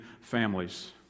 families